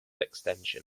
extension